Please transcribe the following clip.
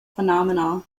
phenomena